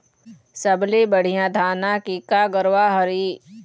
सबले बढ़िया धाना के का गरवा हर ये?